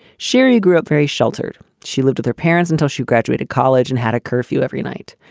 sherry grew up very sheltered. she lived with her parents until she graduated college and had a curfew every night.